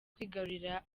kwigarurira